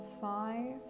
five